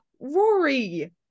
Rory